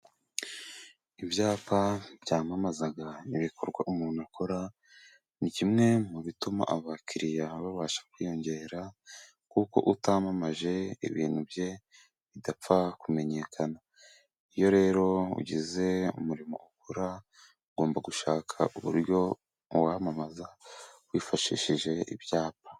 Ibyapa byamamaza ibikorwa umuntu akora, ni kimwe mu bituma abakiriya babasha kwiyongera. Kuko utamamaje ibintu bye bidapfa kumenyekana. Iyo rero ugize umurimo ukora ugomba gushaka uburyo uwamamaza wifashishije ibyapa.